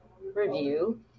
review